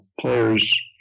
players